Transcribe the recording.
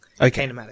Okay